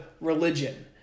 religion